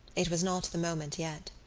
it was not the moment yet.